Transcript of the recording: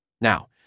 Now